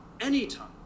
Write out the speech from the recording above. anytime